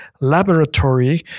laboratory